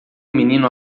menino